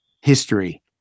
history